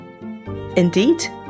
Indeed